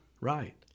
Right